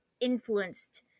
influenced